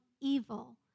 evil